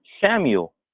Samuel